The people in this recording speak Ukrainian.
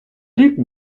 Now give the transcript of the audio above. рік